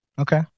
Okay